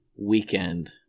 weekend